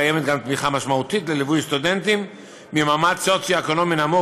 קיימת גם תמיכה משמעותית לליווי סטודנטים ממעמד סוציו-אקונומי נמוך